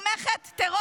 / כי את תומכת טרור.